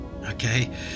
okay